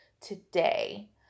today